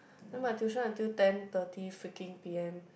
and my tuition until ten thirty freaking P_M